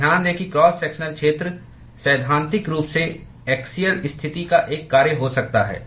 और ध्यान दें कि क्रॉस सेक्शनल क्षेत्र सैद्धांतिक रूप से ऐक्सीअल स्थिति का एक कार्य हो सकता है